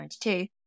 1992